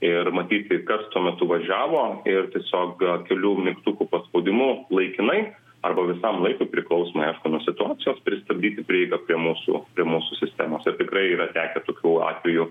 ir matyti kas tuo metu važiavo ir tiesiog kelių mygtukų paspaudimu laikinai arba visam laikui priklausomai aišku nuo situacijos pristabdyti prieigą prie mūsų prie mūsų sistemos ir tikrai yra tekę tokių atvejų